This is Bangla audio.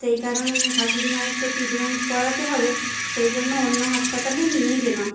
সেই কারণে শাশুড়ি মায়ের তো ট্রিটমেন্ট করাতে হবে সেইজন্য অন্য হাসপাতালে নিয়ে গেলাম